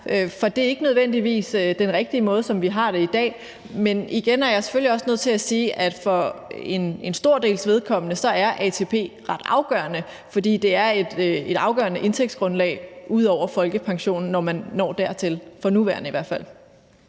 for det er ikke nødvendigvis den rigtige måde, som vi har det i dag. Men igen er jeg selvfølgelig også nødt til at sige, at for en stor dels vedkommende er ATP ret afgørende, for det er et afgørende indtægtsgrundlag ud over folkepensionen, når man når dertil – i hvert fald